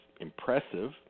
impressive